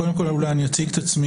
קודם כול אציג את עצמי.